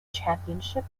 championship